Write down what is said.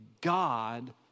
God